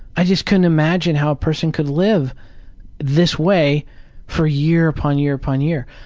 i just couldn't imagine how a person could live this way for year upon year upon year.